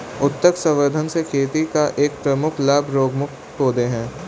उत्तक संवर्धन से खेती का एक प्रमुख लाभ रोगमुक्त पौधे हैं